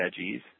veggies